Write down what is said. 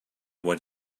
what